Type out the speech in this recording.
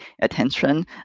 attention